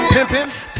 Pimpin